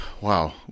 Wow